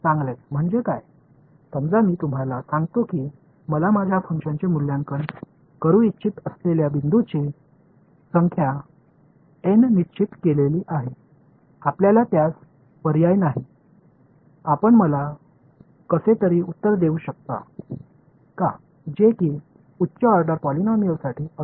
எனது செயல்பாட்டை மதிப்பீடு செய்ய விரும்பும் புள்ளிகளின் எண்ணிக்கை N என்று இறுதி செய்யப்பட்டது என்று நான் உங்களுக்குச் சொல்கிறேன் எனில் அதற்கு மேல் உங்களுக்கு வேறு வழியில்லை பாலினாமியலின் உயர் வரிசையில் துல்லியமான பதிலை எப்படியாவது எனக்கு வழங்க முடியுமா